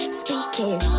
speaking